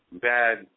bad